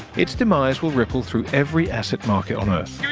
its demise will ripple through every asset market on earth.